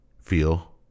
feel